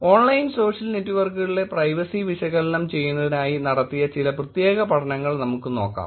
online social നെറ്റ്വർക്കുകളിലെ privacy വിശകലനം ചെയ്യുന്നതിനായി നടത്തിയ ചില പ്രത്യേക പഠനങ്ങൾ നമുക്ക് നോക്കാം